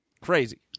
Crazy